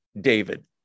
David